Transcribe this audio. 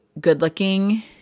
good-looking